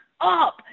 up